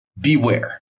beware